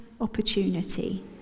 opportunity